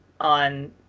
on